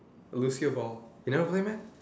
lose your ball you never play meh